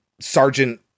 Sergeant